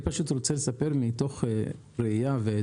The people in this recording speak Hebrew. אני רוצה לספר מתוך עדות.